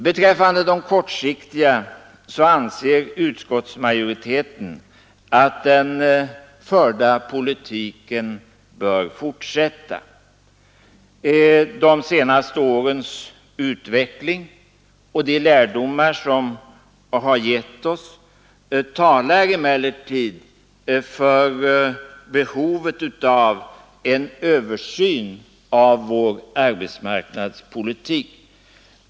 Beträffande de kortsiktiga anser utskottsmajoriteten att den förda politiken bör fortsätta. De senaste årens utveckling och de lärdomar de gett oss talar emellertid för behovet av en översyn av vår arbetsmarknadspolitik.